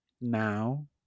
Now